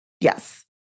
Yes